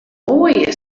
moaie